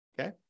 Okay